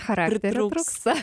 charakterio trūksta